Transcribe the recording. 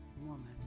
woman